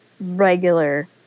regular